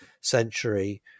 century